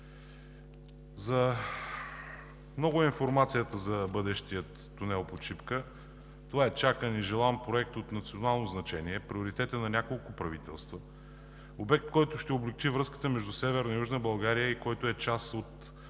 Много е информацията за бъдещия тунел под Шипка – това е чакан и желан проект от национално значение, приоритет е на няколко правителства. Обект, който ще облекчи връзката между Северна и Южна България и който е част от